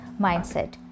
mindset